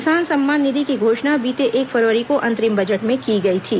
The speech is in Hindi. किसान सम्मान निधि की घोषणा बीते एक फरवरी को अंतरिम बजट में की गई थी